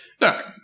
Look